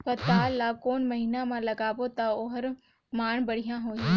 पातल ला कोन महीना मा लगाबो ता ओहार मान बेडिया होही?